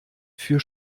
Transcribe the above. für